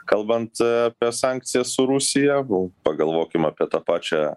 kalbant apie sankcijas su rusija pagalvokim apie tą pačią